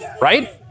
right